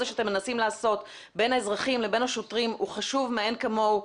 שאתם מנסים לעשות בין האזרחים לבין השוטרים הוא חשוב מאין כמוהו.